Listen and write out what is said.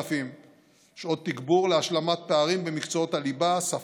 כ-9,000 שעות תגבור להשלמת פערים במקצועות הליבה: שפה,